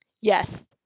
yes